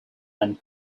and